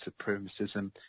supremacism